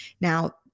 Now